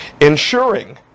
ensuring